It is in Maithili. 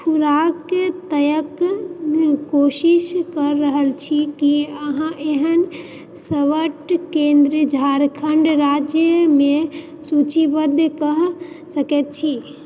खुराक ताकैक कोशिश कऽ रहल छी की अहाँ एहन सबट केंद्रकेँ झारखण्ड राज्यमे सूचीबद्ध कऽ सकैत छी